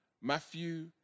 Matthew